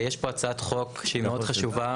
יש פה הצעת חוק שהיא מאוד חשובה.